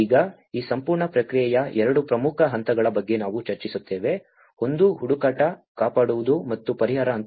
ಈಗ ಈ ಸಂಪೂರ್ಣ ಪ್ರಕ್ರಿಯೆಯ 2 ಪ್ರಮುಖ ಹಂತಗಳ ಬಗ್ಗೆ ನಾವು ಚರ್ಚಿಸುತ್ತೇವೆ ಒಂದು ಹುಡುಕಾಟ ಕಾಪಾಡುವುದು ಮತ್ತು ಪರಿಹಾರ ಹಂತ